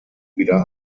wieder